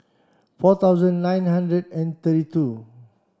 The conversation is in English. four thousand nine hundred and thirty two